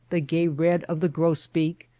the gay red of the grosbeak,